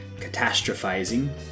catastrophizing